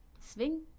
Swing